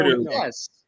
Yes